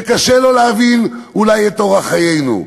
שאולי קשה לו להבין את אורח חיינו: